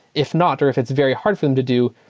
if not or if it's very hard for them to do,